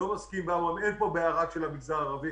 אני לא מסכים אין פה בעיה רק של המגזר הערבי